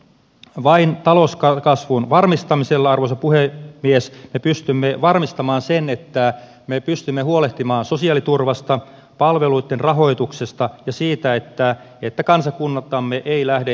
vain talouskasvun varmistamisella arvoisa puhemies me pystymme varmistamaan sen että me pystymme huolehtimaan sosiaaliturvasta palveluitten rahoituksesta ja siitä että kansakuntamme ei lähde näivetyskierteelle